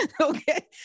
Okay